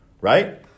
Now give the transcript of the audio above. right